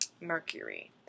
Mercury